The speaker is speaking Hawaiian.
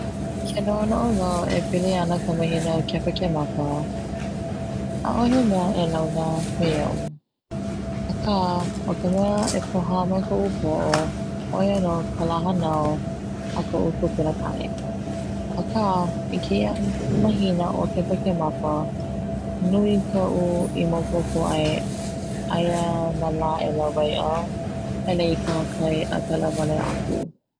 Ke noʻonoʻo wau e pili ana ka mahina o kepakemapa ʻaʻohe mea a launa me iaʻu aka o ka mea e pohā ma koʻu poʻo ʻoia no ka lā hanau o koʻu kupunakane aka i keia mahina o kepakemapa nui koʻu i maopopo ai, aia nā la e lawaiʻa a hele i kahakai a pela wale aku.